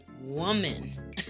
woman